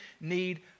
need